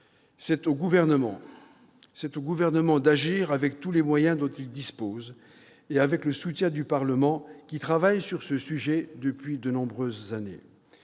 C'est au Gouvernement d'agir avec tous les moyens dont il dispose et avec le soutien du Parlement, qui travaille sur ce sujet depuis de nombreuses années.